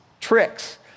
tricks